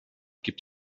gibt